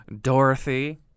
Dorothy